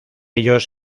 ellos